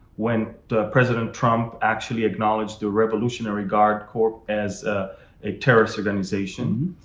when the president trump actually acknowledged the revolutionary guard corps as ah a terrorist organization.